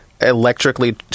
electrically